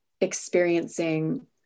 Experiencing